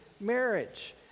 marriage